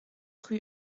rue